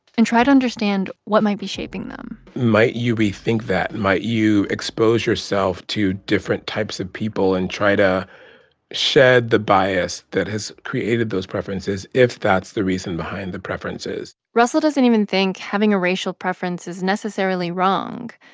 and try to understand what might be shaping them might you rethink that, might you expose yourself to different types of people and try to shed the bias that has created those preferences, if that's the reason behind the preferences russell doesn't even think having a racial preference is necessarily wrong.